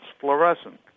fluorescent